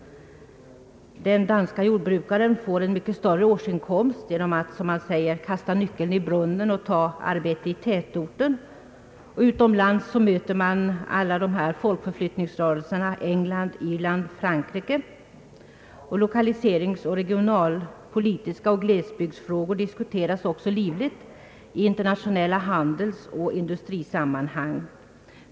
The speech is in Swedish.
Den danske jordbrukaren får en mycket större årsinkomst genom att, som man där säger, »kasta nyckeln i brunnen och ta arbete i tätorten». Utomlands möter man på många håll stora folkomflyttningsrörelser: i England, Irland och Frankrike. Lokaliseringsoch regionalpolitiska frågor samt glesbygdsproblem diskuteras livligt i internationella handelsoch industrisammanhang.